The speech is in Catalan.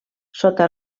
sota